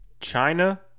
China